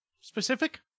specific